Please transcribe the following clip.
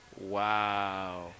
Wow